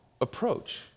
approach